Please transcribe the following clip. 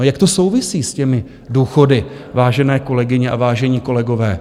Jak to souvisí s těmi důchody, vážené kolegyně a vážení kolegové?